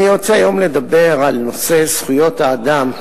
היום אני רוצה לדבר על נושא זכויות האדם,